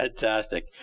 fantastic